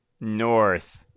North